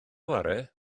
chwarae